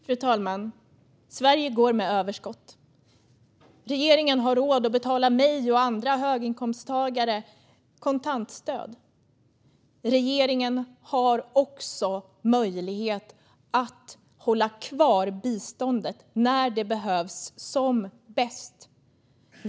Fru talman! Sverige går med överskott. Regeringen har råd att ge mig och andra höginkomsttagare kontantstöd. Regeringen har också möjlighet att hålla kvar biståndet när det behövs som bäst.